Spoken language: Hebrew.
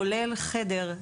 כולל חדר.